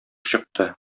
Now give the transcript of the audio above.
чыкты